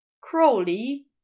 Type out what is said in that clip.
Crowley